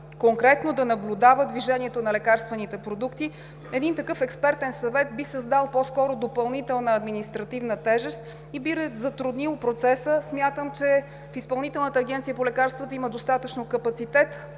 конкретно да наблюдава движението на лекарствените продукти, един такъв експертен съвет би създал по-скоро допълнителна административна тежест и би затруднил процеса. Считам, че Изпълнителната агенция по лекарствата има достатъчно капацитет